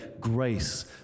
grace